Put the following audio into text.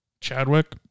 Chadwick